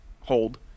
hold